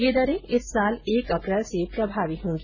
ये दरें इस साल एक अप्रैल से प्रभावी होंगी